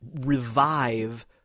revive